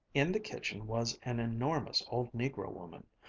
in the kitchen was an enormous old negro woman,